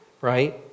Right